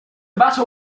matter